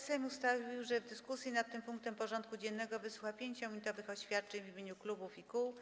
Sejm ustalił, że w dyskusji nad tym punktem porządku dziennego wysłucha 5-minutowych oświadczeń w imieniu klubów i kół.